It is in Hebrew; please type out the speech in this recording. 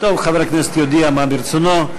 חבר הכנסת יודיע מה רצונו.